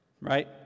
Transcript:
right